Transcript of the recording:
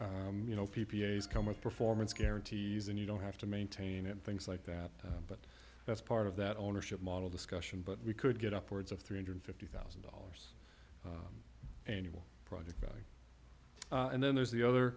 that you know p p a is come with performance guarantees and you don't have to maintain it things like that but that's part of that ownership model discussion but we could get upwards of three hundred and fifty thousand dollars annual project value and then there's the other